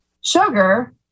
sugar